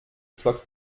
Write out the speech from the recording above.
flockt